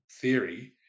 theory